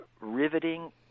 riveting